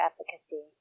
efficacy